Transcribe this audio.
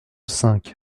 cinq